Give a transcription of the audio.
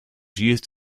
used